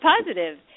positive